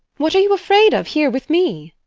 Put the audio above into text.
what are you afraid of here, with me?